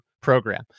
program